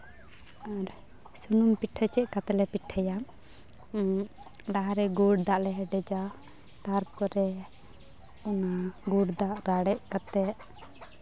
ᱥᱩᱱᱩᱢ ᱯᱤᱴᱷᱟᱹ ᱪᱮᱫ ᱞᱮᱠᱟ ᱛᱮᱞᱮ ᱯᱤᱴᱷᱟᱹᱭᱟ ᱞᱟᱦᱟᱨᱮ ᱜᱩᱲ ᱫᱟᱜ ᱞᱮ ᱦᱮᱰᱮᱡᱟ ᱛᱟᱨᱯᱚᱨᱮ ᱚᱱᱟ ᱜᱩᱲ ᱫᱟᱜ ᱞᱟᱲᱮᱡ ᱠᱟᱛᱮᱫ